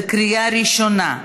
בקריאה ראשונה.